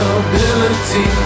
ability